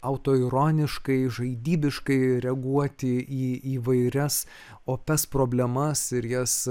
autoironiškai žaidybiškai reaguoti į įvairias opias problemas ir jas